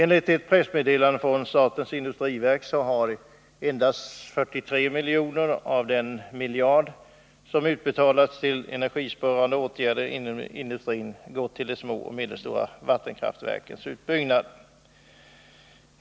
Enligt ett pressmeddelande från statens industriverk har endast 43 miljoner av den miljard som utbetalats till energibesparande åtgärder inom industrin gått till de små och medelstora kraftverkens utbyggnad.